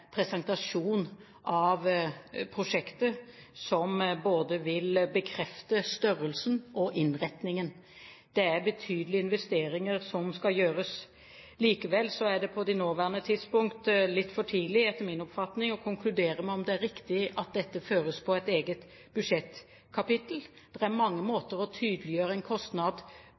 presentasjon av prosjektet som både vil bekrefte størrelsen og innretningen. Det er betydelige investeringer som skal gjøres. Likevel er det på det nåværende tidspunkt litt for tidlig etter min oppfatning å konkludere med om det er riktig at dette føres på et eget budsjettkapittel. Det er mange måter å tydeliggjøre en kostnad